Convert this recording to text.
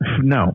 No